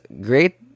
great